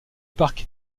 parc